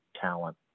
talent